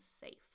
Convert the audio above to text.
safe